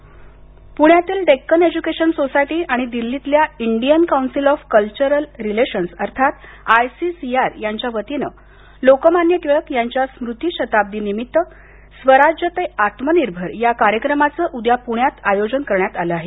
कार्यक्रम पुण्यातील Deccan education society आणि दिल्लीतल्या Indian council of cultural relations ICCR यांच्या वतीनं लोकमान्य टिळकांच्या स्मृती शताब्दीनिमित्त स्वराज्य ते आत्मनिर्भर या कार्यक्रमाचं उद्या पुण्यात आयोजन करण्यात आलं आहे